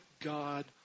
God